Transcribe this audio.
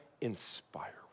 inspire